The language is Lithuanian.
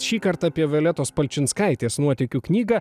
šįkart apie violetos palčinskaitės nuotykių knygą